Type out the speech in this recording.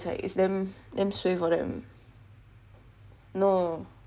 it's like it's damn damn suay for them no